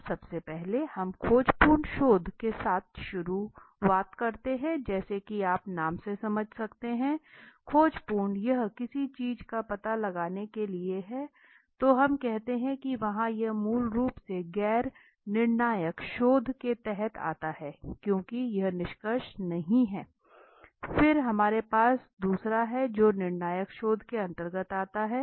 अब सबसे पहले हम खोजपूर्ण शोध के साथ शुरुआत करते हैं जैसा कि आप नाम से समझ सकते हैं खोजपूर्ण यह किसी चीज़ का पता लगाने के लिए है तो हम कहते हैं कि वहाँ यह मूल रूप से गैर निर्णायक शोध के तहत आता है क्योंकि यहां निष्कर्ष नहीं हैफिर हमारे पास दूसरा है जो निर्णायक शोध के अंतर्गत आता है